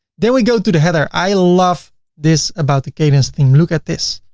then we go to the header. i love this about the kadence theme look at this.